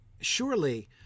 surely